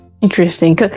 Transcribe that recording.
interesting